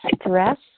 stress